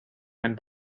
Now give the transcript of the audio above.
and